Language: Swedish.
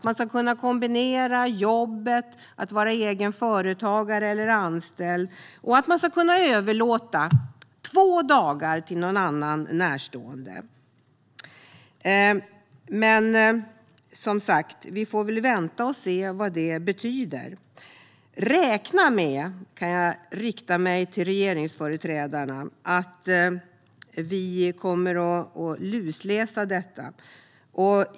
Man ska kunna kombinera jobbet, att vara egen företagare eller anställd, och man ska kunna överlåta två dagar till någon annan närstående. Vi får väl vänta och se vad detta betyder, men nu riktar jag mig till regeringsföreträdarna: Räkna med att vi kommer att lusläsa detta!